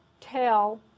tell